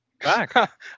Back